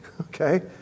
Okay